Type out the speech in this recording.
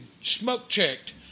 smoke-checked